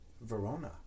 Verona